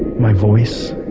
my voice,